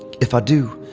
if i do,